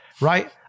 Right